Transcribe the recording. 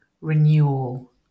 renewal